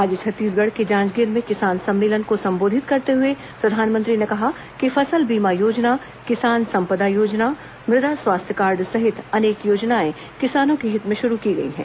आज छत्तीसगढ़ के जांजगीर में किसान सम्मेलन को संबोधित करते हए प्रधानमंत्री ने कहा कि फसल बीमा योजना किसान सम्पदा योजना मुद्रा स्वास्थ्य कार्ड सहित अनेक योजनाएं किसानों के हित में शुरू की गई हैं